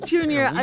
Junior